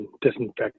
disinfect